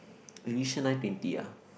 we reach here nine fifty ah